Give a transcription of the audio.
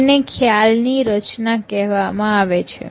તેને ખ્યાલની રચના કહેવામાં આવે છે